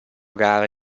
gare